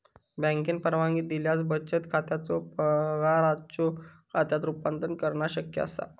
बँकेन परवानगी दिल्यास बचत खात्याचो पगाराच्यो खात्यात रूपांतर करणा शक्य असा